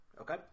Okay